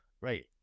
right